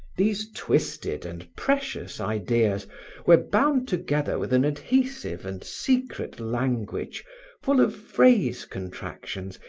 these twisted and precious ideas were bound together with an adhesive and secret language full of phrase contractions,